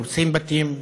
הורסים בתים,